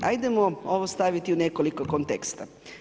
Hajdemo ovo staviti u nekoliko konteksta.